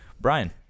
Brian